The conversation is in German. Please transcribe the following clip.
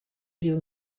diesen